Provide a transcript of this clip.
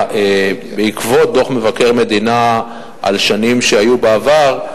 בעקבות דוח מבקר המדינה על שנים בעבר,